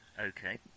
Okay